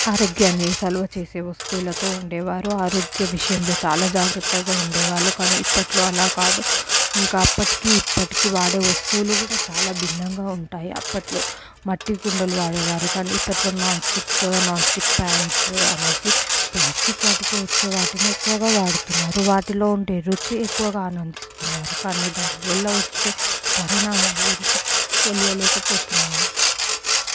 ఆరోగ్యాన్ని సలువ చేసే వస్తువులతో వండేవారు ఆరోగ్య విషయంలో చాలా జాగ్రత్తగా ఉండేవాళ్ళు కానీ ఇప్పటిలో అలా కాదు ఇంకా అప్పటికి ఇప్పటికి వాడే వస్తువులు కూడా చాలా భిన్నంగా ఉంటాయి అప్పట్లో మట్టి కుండలు వాడేవారు కానీ ఇప్పట్లో non stick non stick pans అనేసి ప్లాస్టిక్ వాటితో వచ్చే వాటిని ఎక్కువగా వాడుతున్నారు వాటిలో ఉండే రుచి ఎక్కువగా ఆనందిస్తున్నారు కానీ దానివల్ల వచ్చే పరిణామాలు తెలియలేక పోతున్నాయి